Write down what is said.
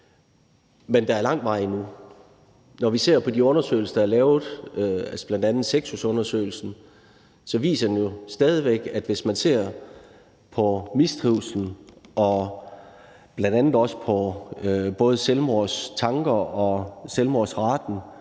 Men der er lang vej endnu. Når vi ser på de undersøgelser, der er lavet, bl.a. Sexusundersøgelsen, så viser det jo stadig væk, at hvis man ser på mistrivsel og bl.a. også selvmordstanker og selvmordsraten